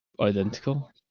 identical